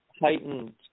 heightened